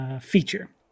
feature